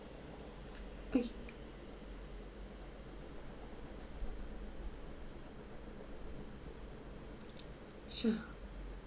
okay sure